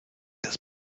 das